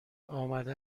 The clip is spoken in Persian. آمده